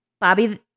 Bobby